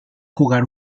jugar